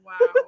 Wow